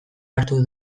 hartu